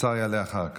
השר יעלה אחר כך.